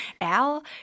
Al